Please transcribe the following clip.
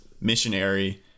missionary